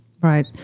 Right